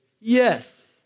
Yes